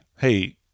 hey